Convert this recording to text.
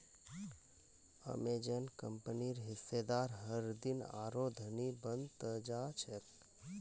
Amazon कंपनीर हिस्सेदार हरदिन आरोह धनी बन त जा छेक